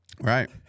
right